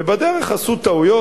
ובדרך עשו טעויות,